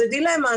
זו דילמה.